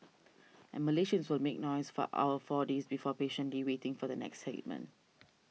and Malaysians will make noise for our four days before patiently waiting for the next statement